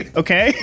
okay